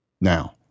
now